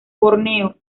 borneo